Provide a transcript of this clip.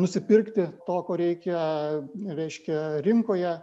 nusipirkti to ko reikia reiškia rinkoje